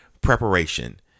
preparation